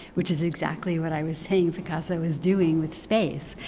which is exactly what i was saying picasso is doing with space.